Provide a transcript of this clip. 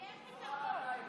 יהיה פתרון.